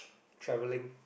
travelling